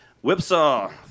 Whipsaw